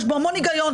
יש בו המון היגיון,